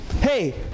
Hey